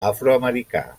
afroamericà